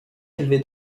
élevé